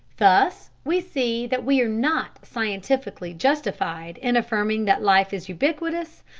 thus we see that we are not scientifically justified in affirming that life is ubiquitous,